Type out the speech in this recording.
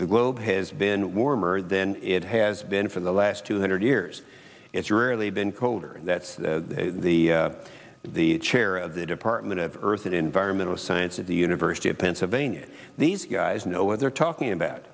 the globe has been warmer than it has been for the last two hundred years it's really been colder that's the the chair of the department of earth and environmental science at the university of pennsylvania these guys know what they're talking about